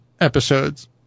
episodes